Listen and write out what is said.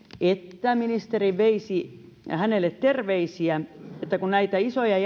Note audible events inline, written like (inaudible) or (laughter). että ministeri veisi hänelle terveisiä että kun näitä isoja (unintelligible)